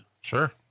Sure